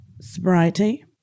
sobriety